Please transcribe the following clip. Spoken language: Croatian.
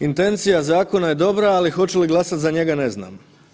Intencija zakona je dobra, ali hoću li glasat za njega ne znam.